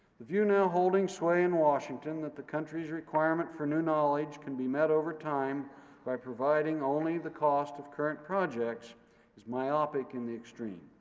the view now holding sway in washington that the country's requirement for new knowledge can be met over time by providing only the cost of current projects is myopic in the extreme.